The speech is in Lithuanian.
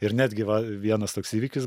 ir netgi va vienas toks įvykis